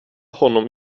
honom